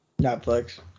Netflix